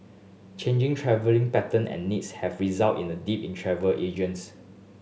changing travelling pattern and needs have resulted in a dip in travel agents